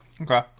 okay